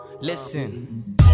Listen